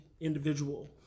individual